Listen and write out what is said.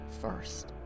first